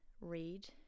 read